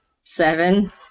Seven